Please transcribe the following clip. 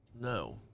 no